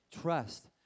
trust